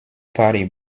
party